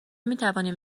میتوانیم